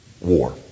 war